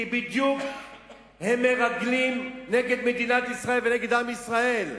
כי בדיוק הם מרגלים נגד מדינת ישראל ונגד עם ישראל.